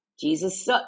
Jesus